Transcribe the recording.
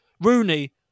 Rooney